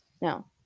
no